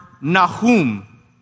Nahum